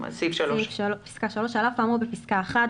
על אף האמור בפסקה (1),